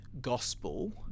gospel